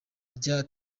rya